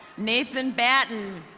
nathan battin.